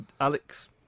Alex